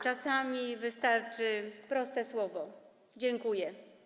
Czasami wystarczy proste słowo: dziękuję.